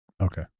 Okay